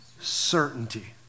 Certainty